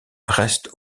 reste